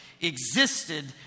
existed